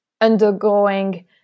undergoing